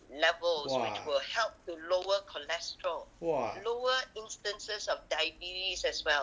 !wah! !wah!